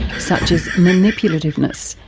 such as manipulativeness,